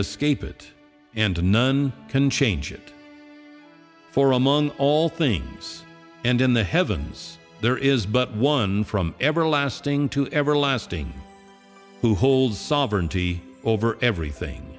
escape it and none can change it for among all things and in the heavens there is but one from everlasting to everlasting who holds sovereignty over everything